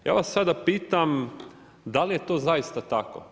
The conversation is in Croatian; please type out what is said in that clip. Ja vas sada pitam da li je to zaista tako?